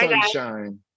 sunshine